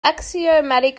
axiomatic